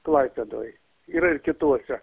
klaipėdoj yra ir kituose